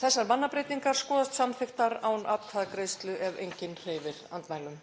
Þessar mannabreytingar skoðast samþykktar án atkvæðagreiðslu ef enginn hreyfir andmælum.